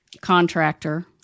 contractor –